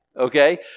okay